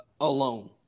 alone